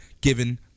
given